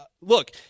look